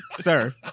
Sir